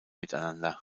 miteinander